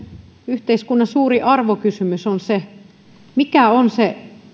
yhteiskunnan suuri arvokysymys on se